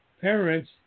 parents